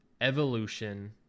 evolution